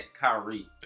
Kyrie